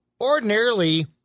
Ordinarily